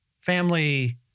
family